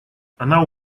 она